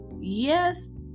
yes